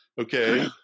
okay